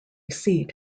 seat